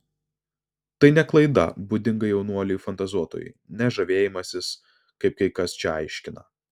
tai ne klaida būdinga jaunuoliui fantazuotojui ne žavėjimasis kaip kai kas čia aiškina